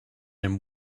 him